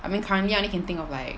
I mean currently I only can think of like